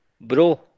Bro